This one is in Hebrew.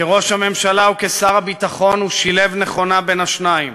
כראש הממשלה וכשר הביטחון הוא שילב נכונה בין השניים.